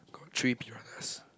got three piranhas